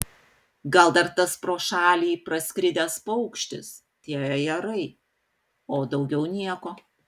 gal dar tas pro šalį praskridęs paukštis tie ajerai o daugiau nieko